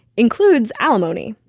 includes alimony.